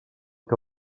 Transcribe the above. que